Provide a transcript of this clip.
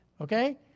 Okay